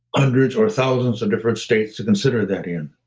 ah hundreds or thousands of different states to consider that in.